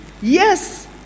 yes